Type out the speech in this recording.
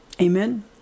Amen